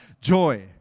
joy